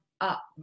up